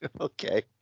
Okay